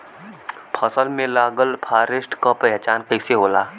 फसल में लगल फारेस्ट के पहचान कइसे होला?